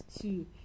two